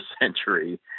century